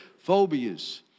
phobias